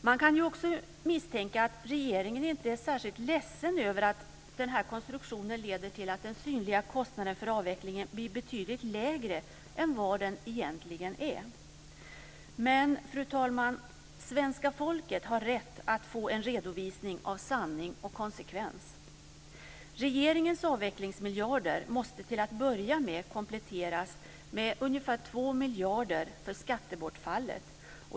Man kan också misstänka att regeringen inte är särskilt ledsen över att den här konstruktionen leder till att den synliga kostnaden för avvecklingen blir betydligt lägre än vad den egentligen är. Men, fru talman, svenska folket har rätt att få en redovisning av sanning och konsekvens. Regeringens avvecklingsmiljarder måste till att börja med kompletteras med ungefär 2 miljarder för skattebortfallet.